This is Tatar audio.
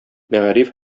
мәгариф